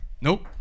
Nope